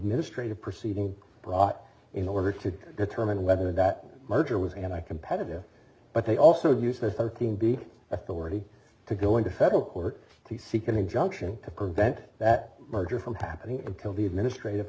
administrative proceeding brought in order to determine whether that merger was an eye competitive but they also use the thirteen b authority to go into federal court to seek an injunction to prevent that merger from happening and kill the administrative